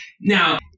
Now